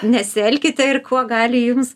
nesielkite ir kuo gali jums